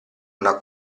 una